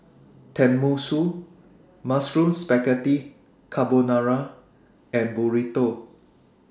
Tenmusu Mushroom Spaghetti Carbonara and Burrito